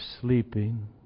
sleeping